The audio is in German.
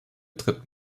tritt